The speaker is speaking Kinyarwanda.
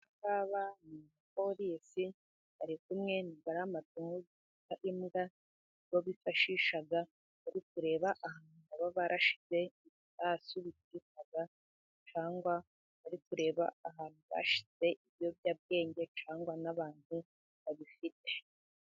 Abangaba ni abapolisi bari kumwe n'amatungo bita imbwa bifashisha mu kureba ahantu baba barashize ibisasu bituritswa, cyangwa bari kureba ahantu bashize ibiyobyabwenge, cyangwa abantu babifite.